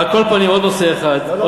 על כל פנים, עוד נושא אחד.